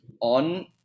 on